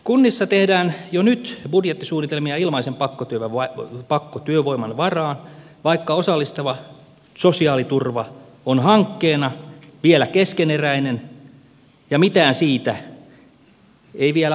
kunnissa tehdään jo nyt budjettisuunnitelmia ilmaisen pakkotyövoiman varaan vaikka osallistava sosiaaliturva on hankkeena vielä keskeneräinen ja mitään siitä ei vielä ole päätetty